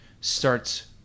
starts